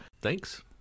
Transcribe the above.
Thanks